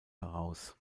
heraus